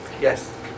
Yes